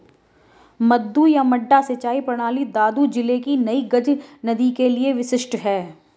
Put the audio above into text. मद्दू या मड्डा सिंचाई प्रणाली दादू जिले की नई गज नदी के लिए विशिष्ट है